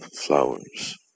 flowers